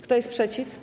Kto jest przeciw?